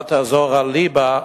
מה תעזור הליבה?